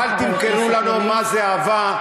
אל תמכרו לנו מה זה אהבה,